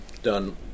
done